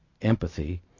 empathy